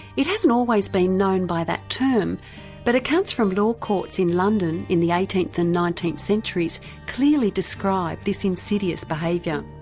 it hasn't always been known by that term but accounts from law courts in london in eighteenth and nineteenth centuries clearly describe this insidious behaviour.